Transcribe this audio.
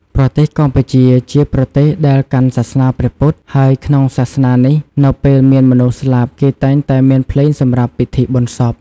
ប្រទេសកម្ពុជា ជាប្រទេសដែលកាន់សាសនាព្រះពុទ្ធ ហើយក្នុងសាសនានេះនៅពេលមានមនុស្សស្លាប់ គេតែងតែមានភ្លេងសម្រាប់ពិធីបុណ្យសព។